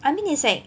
I mean it's like